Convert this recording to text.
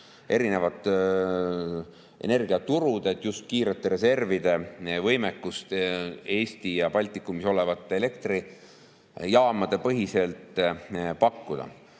erinevaid energiaturge, et just kiirete reservide võimekust Eestis ja mujal Baltikumis olevate elektrijaamade põhiselt pakkuda.